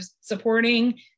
supporting